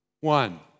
One